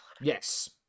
Yes